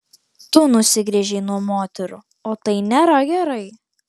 tu nusigręžei nuo moterų o tai nėra gerai